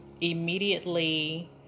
immediately